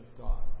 God